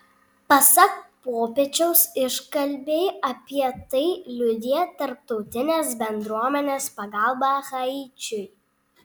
pasak popiežiaus iškalbiai apie tai liudija tarptautinės bendruomenės pagalba haičiui